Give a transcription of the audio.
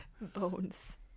Bones